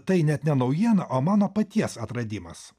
tai net ne naujiena o mano paties atradimas